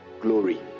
glory